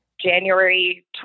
January